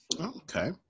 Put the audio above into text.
Okay